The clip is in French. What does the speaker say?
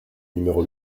numéro